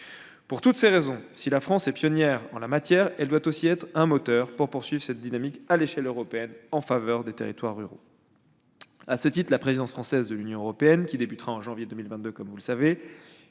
Pour toutes ces raisons, si la France est pionnière en la matière, elle doit aussi être un moteur pour poursuivre cette dynamique, à l'échelle européenne, en faveur des territoires ruraux. À ce titre, la présidence française de l'Union européenne, qui commencera en janvier 2022, comme vous le savez,